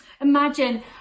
Imagine